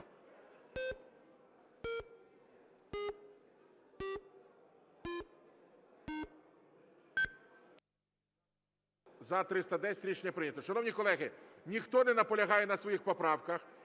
За-310 Рішення прийнято. Шановні колеги, ніхто не наполягає на своїх поправках,